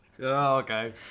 okay